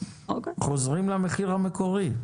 חוזרים למחיר המקורי.